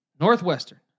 Northwestern